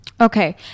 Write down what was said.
Okay